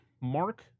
Mark